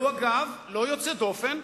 והוא, אגב, לא יוצא דופן.